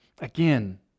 Again